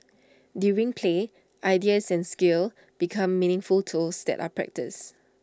during play ideas and skills become meaningful tools that are practised